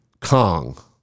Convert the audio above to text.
kong